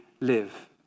live